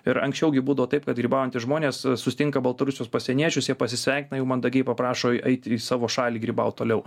ir anksčiau gi būdavo taip kad grybaujantys žmonės susitinka baltarusius pasieniečius jie pasisveikina jų mandagiai paprašo eit į savo šalį grybaut toliau